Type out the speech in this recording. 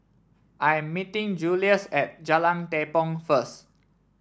I'm meeting Julious at Jalan Tepong first